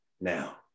now